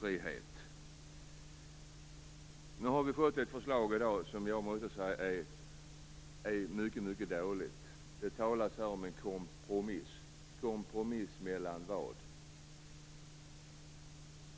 Nu har vi fått ett förslag i dag som jag måste säga är mycket dåligt. Det talas om en kompromiss. En kompromiss mellan vad?